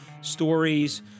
stories